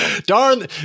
Darn